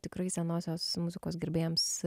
tikrai senosios muzikos gerbėjams